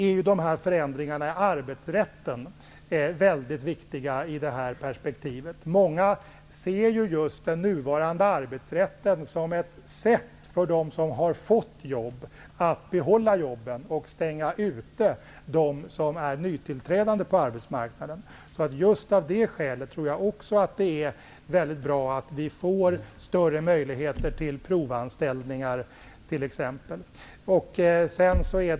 Förändringarna i arbetsrätten är väldigt viktiga i detta perspektiv. Många ser just den nuvarande arbetsrätten som ett sätt för dem som har fått jobb att behålla jobben och stänga ute dem som är nytillkomna på arbetsmarknaden. Just av det skälet tror jag att det är mycket bra att vi får större möjligheter till t.ex. provanställningar.